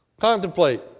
Contemplate